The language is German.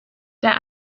der